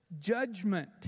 judgment